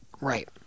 Right